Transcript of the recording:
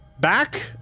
Back